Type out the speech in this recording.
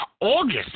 August